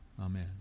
Amen